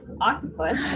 octopus